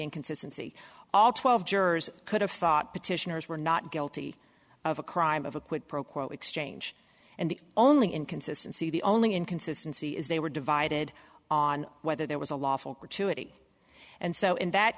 inconsistency all twelve jurors could have thought petitioners were not guilty of a crime of a quid pro quo exchange and the only inconsistency the only inconsistency is they were divided on whether there was a lawful gratuity and so in that